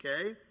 Okay